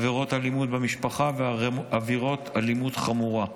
עבירות אלימות במשפחה ועבירות אלימות חמורה.